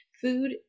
food